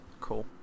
Cool